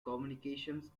communications